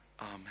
Amen